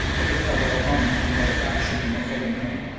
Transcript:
but withheld all comment until the facts should be more fully known.